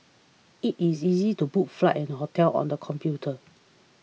it is easy to book flights and hotels on the computer